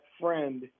friend